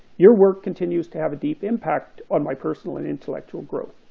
your work continues to have a deep impact on my personal and intellectual growth.